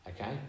okay